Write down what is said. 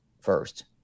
first